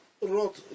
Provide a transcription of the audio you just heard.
wrote